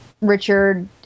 Richard